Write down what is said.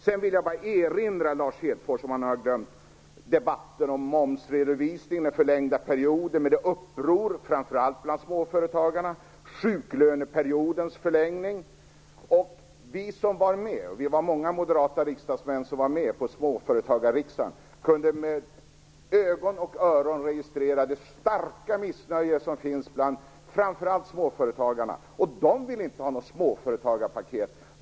Jag vill sedan bara - för den händelse han har glömt det - erinra Lars Hedfors om debatten om momsredovisningen, den förlängda perioden, upproret framför allt bland småföretagarna och sjuklöneperiodens förlängning. Vi som var med - vi var många moderata riksdagsmän som var med på småföretagarriksdagen - kunde med ögon och öron registrera det starka missnöje som finns framför allt bland småföretagarna. De vill inte ha något småföretagarpaket.